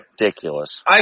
ridiculous